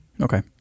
Okay